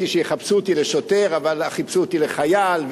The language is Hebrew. שיחפשו אותי לשוטר אבל חיפשו אותי לחייל.